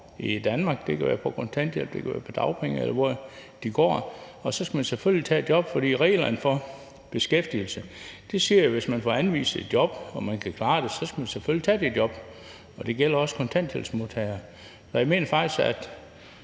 hvad de går på, som kommende medarbejdere. De skal selvfølgelig tage et job, reglerne for beskæftigelse siger jo, at hvis man får anvist et job og man kan klare det, så skal man selvfølgelig tage det job, og det gælder også kontanthjælpsmodtagere. Jeg mener faktisk,